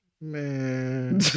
man